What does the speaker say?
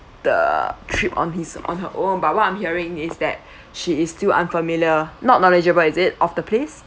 the trip on his on her own but what I'm hearing is that she is still unfamiliar not knowledgeable is it of the place